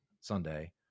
Sunday